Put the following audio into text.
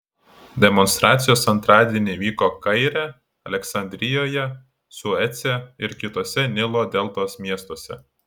demonstracijos antradienį vyko kaire aleksandrijoje suece ir kituose nilo deltos miestuose